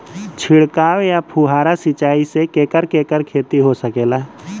छिड़काव या फुहारा सिंचाई से केकर केकर खेती हो सकेला?